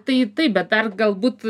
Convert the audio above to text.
tai taip bet dar galbūt